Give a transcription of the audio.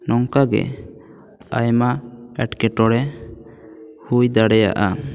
ᱱᱚᱝᱠᱟ ᱜᱮ ᱟᱭᱢᱟ ᱮᱴᱠᱮᱴᱚᱬᱮ ᱦᱩᱭ ᱫᱟᱲᱮᱭᱟᱜᱼᱟ